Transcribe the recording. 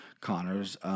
Connor's